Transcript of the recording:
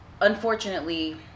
unfortunately